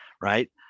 right